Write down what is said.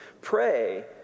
Pray